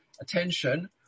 attention